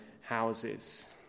houses